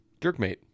Jerkmate